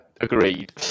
agreed